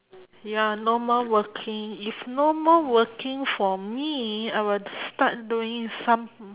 ya no more working if no more working for me I would start doing some